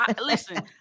Listen